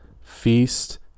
feast